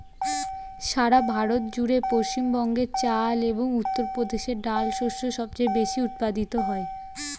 সারা ভারত জুড়ে পশ্চিমবঙ্গে চাল এবং উত্তরপ্রদেশে ডাল শস্য সবচেয়ে বেশী উৎপাদিত হয়